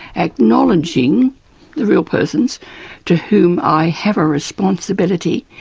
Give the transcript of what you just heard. acknowledging the real persons to whom i have a responsibility,